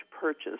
purchase